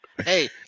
Hey